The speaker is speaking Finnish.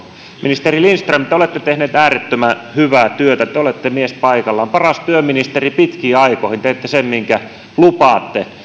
ministeri lindström te te olette tehnyt äärettömän hyvää työtä te te olette mies paikallaan paras työministeri pitkiin aikoihin teette sen minkä lupaatte